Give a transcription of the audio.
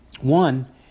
One